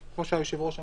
כמו שהיושב-ראש אמר,